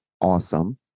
awesome